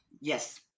Yes